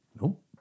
Nope